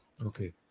Okay